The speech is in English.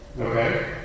Okay